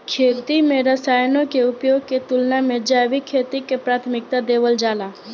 खेती में रसायनों के उपयोग के तुलना में जैविक खेती के प्राथमिकता देवल जाला